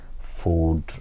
food